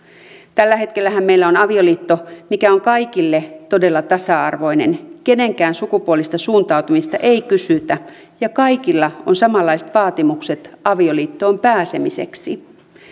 tällä hetkellähän meillä on avioliitto mikä on kaikille todella tasa arvoinen kenenkään sukupuolista suuntautumista ei kysytä ja kaikilla on samanlaiset vaatimukset avioliittoon pääsemiseksi